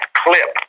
clip